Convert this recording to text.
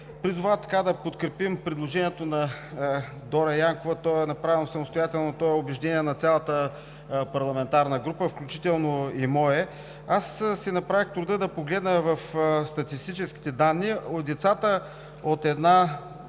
призова да подкрепим предложението на госпожа Дора Янкова. То е направено самостоятелно, но е убеждение на цялата парламентарна група, включително и мое. Направих си труда да погледна в статистическите данни. Децата от нула